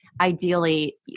ideally